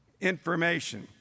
information